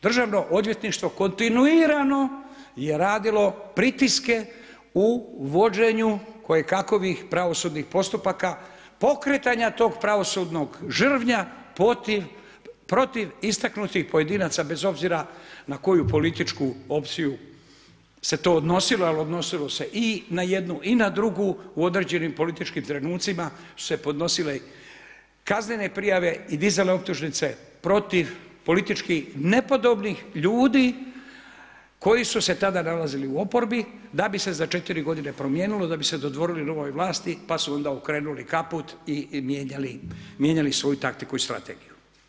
Državno odvjetništvo kontinuirano je radilo pritiske u vođenju koje kakovih pravosudnih postupka, pokretanja tog pravosudnog žrvnja, protiv istaknutih pojedinaca, bez obzira na koju političku opciju se to odnosilo, jer odnosilo se i na jednu i na drugu u određenim političkim trenucima su se podnosile kaznene prijave i dizale optužnice protiv političkih nepodobnih ljudi, koji su se tada nalazili u oporbi, da bi se za 4 g. promijenilo, da bi se dodvorili novoj vlasti pa su onda okrenuli kaput i mijenjali svoju taktiku i strategiju.